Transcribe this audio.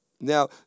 Now